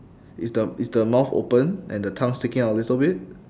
is the is the mouth open and the tongue sticking out a little bit